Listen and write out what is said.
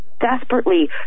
desperately